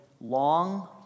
long